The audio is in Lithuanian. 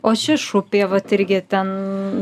o šešupė vat irgi ten